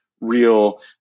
real